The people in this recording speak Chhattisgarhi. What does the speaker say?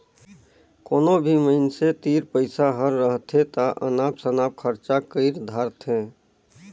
कोनो भी मइनसे तीर पइसा हर रहथे ता अनाप सनाप खरचा कइर धारथें